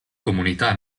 comunità